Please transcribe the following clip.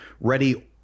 ready